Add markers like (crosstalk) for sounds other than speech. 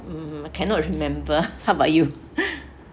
mm I cannot remember how about you (laughs)